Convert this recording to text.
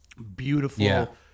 beautiful